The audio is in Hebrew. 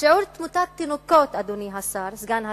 שיעור תמותת תינוקות, אדוני סגן השר,